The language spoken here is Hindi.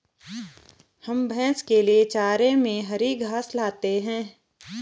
हम भैंस के लिए चारे में हरी घास लाते हैं